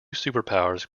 superpowers